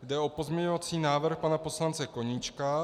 Jde o pozměňovací návrh pana poslance Koníčka.